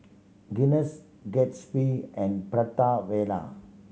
Guinness Gatsby and Prata Wala